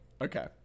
Okay